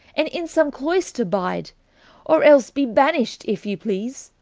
and in some cloyster bide or else be banisht, if you please,